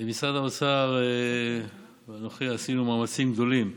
משרד האוצר ואנוכי עשינו מאמצים גדולים